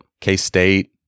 k-state